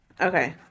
Okay